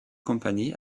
company